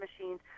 machines